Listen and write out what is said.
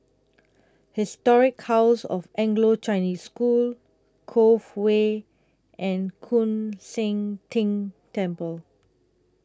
Historic House of Anglo Chinese School Cove Way and Koon Seng Ting Temple